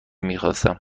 میخواستم